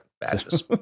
badges